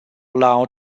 allowed